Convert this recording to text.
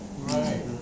Right